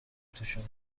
توشون